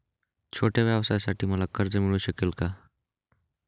छोट्या व्यवसायासाठी मला कर्ज मिळू शकेल का?